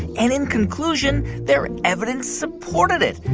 and in conclusion, their evidence supported it.